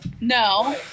no